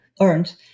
earned